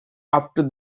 after